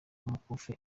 umukufi